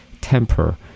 temper